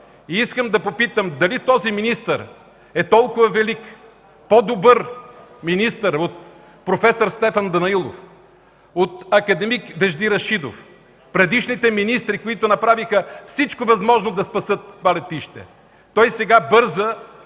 И искам да попитам: дали този министър е толкова велик, по-добър министър от проф. Стефан Данаилов, от акад. Вежди Рашидов, предишните министри, които направиха всичко възможно да спасят това летище? Той сега бърза